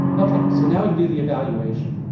ok. so now we can do the evaluation.